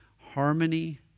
Harmony